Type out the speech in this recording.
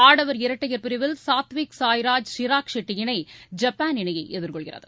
ஆடவர் இரட்டையர் பிரிவில் சாத்விக் சாய்ராஜ் சிராக் ஷெட்டி இணை ஜப்பான் இணையை எதிர்கொள்கிறது